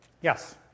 yes